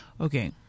okay